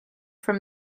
from